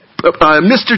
Mr